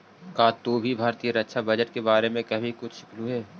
का तू भारतीय रक्षा बजट के बारे में कभी कुछ लिखलु हे